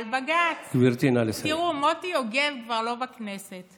שום גורם לא היה מוכן למשבר הקורונה,